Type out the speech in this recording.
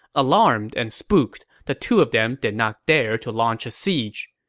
alarmed and spooked, the two of them did not dare to launch a siege.